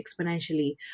exponentially